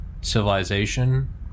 civilization